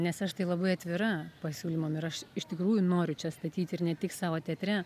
nes aš tai labai atvira pasiūlymam ir aš iš tikrųjų noriu čia statyti ir ne tik savo teatre